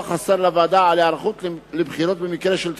השר לוועדה על היערכות לבחירות במקרה של דחייה,